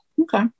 Okay